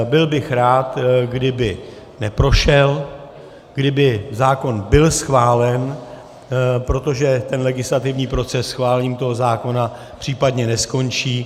Byl bych rád, kdyby neprošel, kdyby zákon byl schválen, protože ten legislativní proces schválením toho zákona případně neskončí.